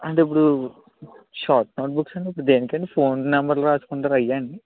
అంటే ఇప్పుడు short note books అంటే ఇప్పుడు దేనికి అండి ఫోన్ నెంబర్లు రాసుకుంటారు అవి అండి